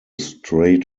strait